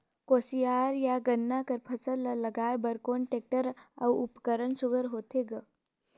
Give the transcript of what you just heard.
कोशियार या गन्ना कर फसल ल लगाय बर कोन टेक्टर अउ उपकरण सुघ्घर होथे ग?